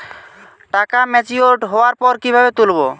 টাকা ম্যাচিওর্ড হওয়ার পর কিভাবে তুলব?